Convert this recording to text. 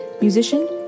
musician